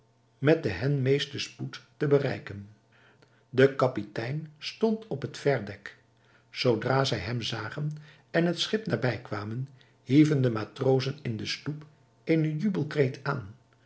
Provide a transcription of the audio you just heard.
met den hen meesten spoed te bereiken de kapitein stond op het verdek zoodra zij hem zagen en het schip nabijkwamen hieven de matrozen in de sloep eenen jubelkreet aan